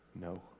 no